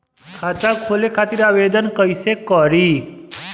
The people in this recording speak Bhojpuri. खाता खोले खातिर आवेदन कइसे करी?